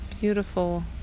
beautiful